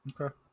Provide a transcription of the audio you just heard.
Okay